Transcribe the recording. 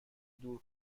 دور